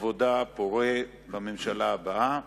עבודה פורה בממשלה הבאה,